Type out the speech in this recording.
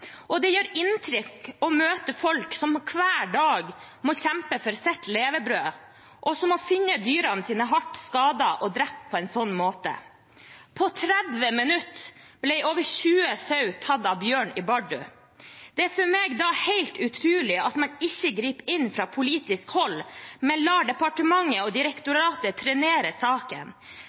bjørn. Det gjør inntrykk å møte folk som hver dag må kjempe for sitt levebrød, og som må finne dyrene sine hardt skadet og drept på en sånn måte. På 30 minutter ble over 20 sauer tatt av bjørn i Bardu. Det er for meg helt utrolig at man ikke griper inn fra politisk hold, men lar departementet og direktoratet trenere saken.